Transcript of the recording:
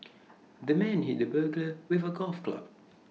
the man hit the burglar with A golf club